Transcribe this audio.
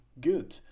good